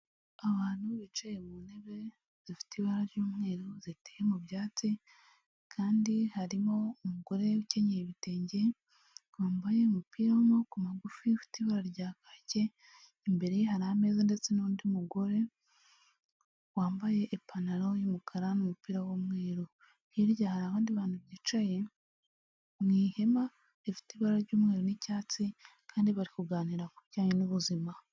Abantu bicaye mu ntebe zifite ibara ry'umweru ziteye mu byatsi kandi harimo umugore ukenyeye ibitenge wambaye umupira w'amaboko magufi ifite ibara rya kake, imbere ye hari ameza ndetse n'undi mugore wambaye ipantaro y'umukara n'umupira w'umweru, hirya hari abandi bantu bicaye mu ihema rifite ibara ry'umweru n'icyatsi kandi bari kuganira ku ku bijyanye n'ubuzima.